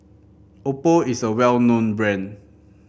Oppo is a well known brand